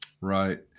Right